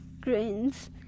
Grins